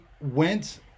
went